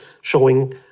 showing